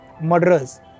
murderers